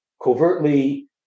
covertly